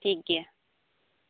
ᱴᱷᱤᱠ ᱜᱮᱭᱟ